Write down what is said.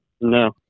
No